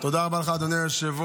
תודה רבה לך, אדוני היושב-ראש.